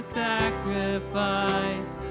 sacrifice